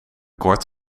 kort